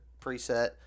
preset